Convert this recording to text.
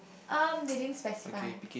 um they didn't specify